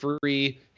free